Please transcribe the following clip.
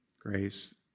grace